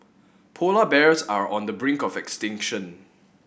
polar bears are on the brink of extinction